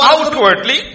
Outwardly